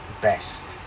best